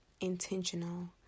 intentional